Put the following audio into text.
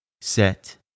set